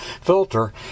filter